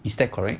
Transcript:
is that correct